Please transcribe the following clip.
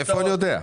מאיפה אני יודע?